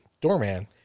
doorman